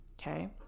Okay